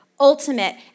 ultimate